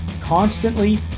constantly